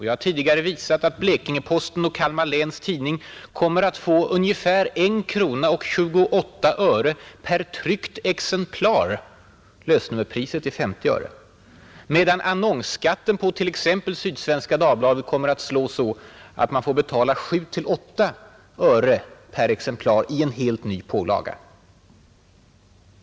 Jag har tidigare visat att Blekinge-Posten och Kalmar Läns Tidning kommer att få ungefär 1 krona och 28 öre per tryckt exemplar — lösnummerpriset är 50 öre — medan annonsskatten på t ex. Sydsvenska Dagbladet kommer att slå så att man får betala 7—8 öre per exemplar i en helt ny pålaga.